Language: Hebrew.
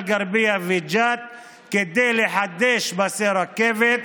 אל-גרבייה וג'ת כדי לחדש פסי רכבת.